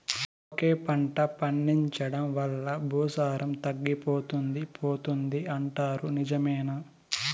ఒకే పంట పండించడం వల్ల భూసారం తగ్గిపోతుంది పోతుంది అంటారు నిజమేనా